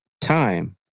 time